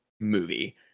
movie